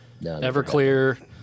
Everclear